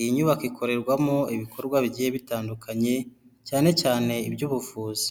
Iyi nyubako ikorerwamo ibikorwa bigiye bitandukanye cyane cyane iby'ubuvuzi.